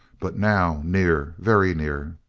but now near, very near.